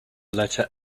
letter